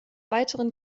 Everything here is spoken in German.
weiteren